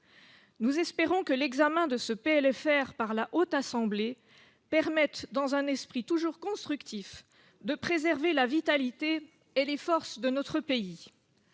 Nous espérons que l'examen de ce PLFR par la Haute Assemblée permette, dans un esprit toujours constructif, de préserver la vitalité et les forces de notre pays.